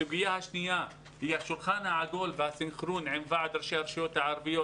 הסוגיה השנייה היא השולחן העגול והסנכרון עם ועד ראשי הרשויות הערביות,